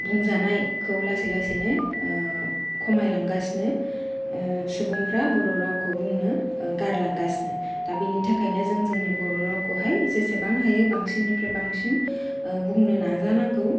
बुंजानायखौ लासै लासैनो खमायलांगासिनो सुबुंफ्रा बर' रावखौ बुंनो गारलांगासिनो दा बिनि थाखायनो जों जोंनि बर' रावखौहाय जेसेबां हायो बांसिन निफ्राय बांसिन बुंनो नाजानांगौ